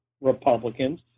Republicans